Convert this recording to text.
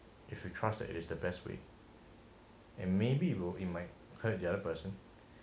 if you trust that it is the best way and maybe you might hurt the other person